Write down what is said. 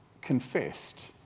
confessed